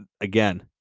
Again